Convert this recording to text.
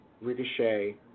Ricochet